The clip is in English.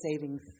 savings